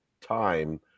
time